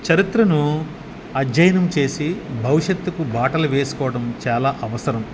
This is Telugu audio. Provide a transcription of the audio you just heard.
చరిత్రను అధ్యయనం చేసి భవిష్యత్తుకు బాటలు వేసుకోడం చాలా అవసరం